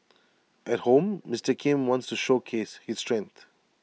at home Mister Kim wants to showcase his strength